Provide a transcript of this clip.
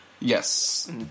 Yes